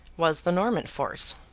was the norman force.